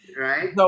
Right